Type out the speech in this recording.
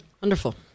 Wonderful